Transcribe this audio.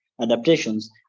adaptations